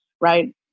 Right